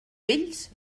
vells